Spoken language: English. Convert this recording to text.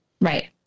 Right